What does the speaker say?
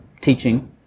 teaching